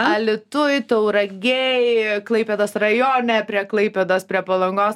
alytuj tauragėj klaipėdos rajone prie klaipėdos prie palangos